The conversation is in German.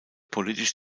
politisch